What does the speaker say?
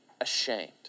ashamed